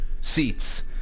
seats